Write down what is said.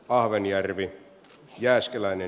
ahvenjärvi jääskeläinen